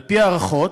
על-פי הערכות,